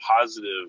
positive